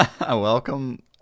Welcome